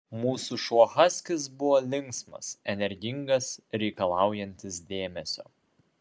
mūsų šuo haskis buvo linksmas energingas reikalaujantis dėmesio